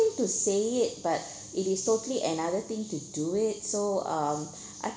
thing to say it but it is totally another thing to do it so um I